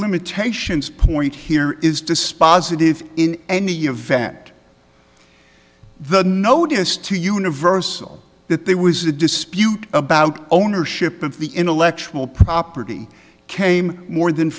limitations point here is dispositive in any event the notice to universal that there was a dispute about ownership of the intellectual property came more than